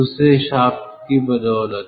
दूसरे शाफ़्ट की बदौलत